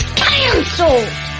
cancelled